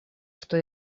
что